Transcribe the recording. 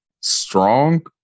strong